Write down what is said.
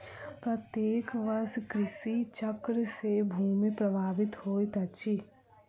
प्रत्येक वर्ष कृषि चक्र से भूमि प्रभावित होइत अछि